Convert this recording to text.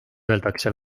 öeldakse